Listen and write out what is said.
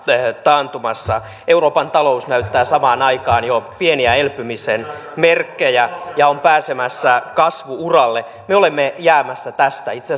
taantumassa euroopan talous näyttää samaan aikaan jo pieniä elpymisen merkkejä ja on pääsemässä kasvu uralle me olemme jäämässä tästä itse